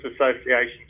Association's